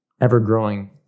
ever-growing